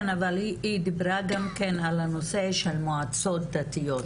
כן אבל היא דיברה גם על הנושא של מועצות דתיות.